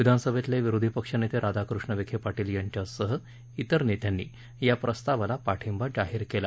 विधानसभेतले विरोधी पक्षनेते राधाकृष्ण विखे पाटील यांच्यासह इतर नेत्यांनी या प्रस्तावाला पाठिंबा जाहीर केला